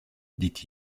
dit